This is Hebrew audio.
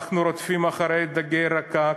אנחנו רודפים אחרי דגי רקק.